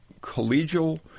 collegial